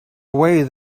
away